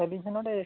ᱟᱹᱞᱤᱧ ᱦᱚᱸ ᱱᱚᱰᱮ